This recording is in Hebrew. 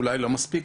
אולי לא מספיק,